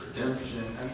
redemption